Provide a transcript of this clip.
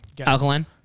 Alkaline